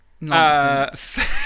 Nonsense